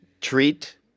treat